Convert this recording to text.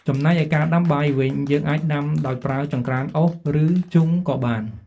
ចំណែកឯការដាំបាយវិញ យើងអាចដាំដោយប្រើចង្ក្រានអុស ឬ ធ្យូងក៏បាន។